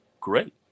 Great